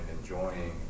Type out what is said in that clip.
enjoying